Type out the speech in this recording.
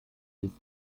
ist